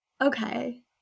okay